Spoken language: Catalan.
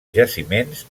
jaciments